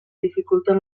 dificulten